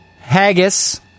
Haggis